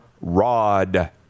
Rod